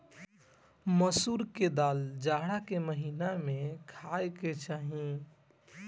मसूर के दाल जाड़ा के महिना में खाए के चाही